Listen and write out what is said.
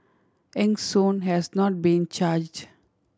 Eng Soon has not been charged